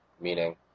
meaning